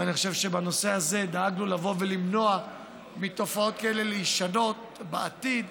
ואני חושב שדאגנו לבוא ולמנוע מתופעות כאלה להישנות בעתיד,